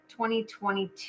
2022